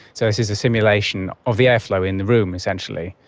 so this is a simulation of the airflow in the room essentially.